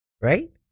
Right